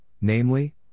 namely